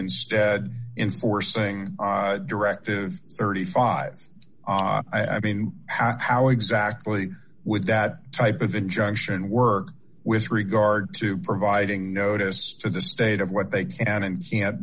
instead enforcing directive thirty five dollars i mean how exactly would that type of injunction work with regard to providing notice to the state of what they can and can't